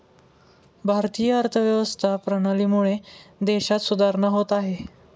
भारतीय अर्थव्यवस्था प्रणालीमुळे देशात सुधारणा होत आहे